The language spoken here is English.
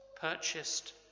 purchased